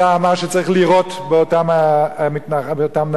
שצריך לירות באותם נערים.